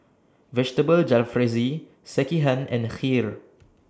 Vegetable Jalfrezi Sekihan and Kheer